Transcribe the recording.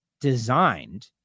designed